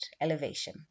Elevation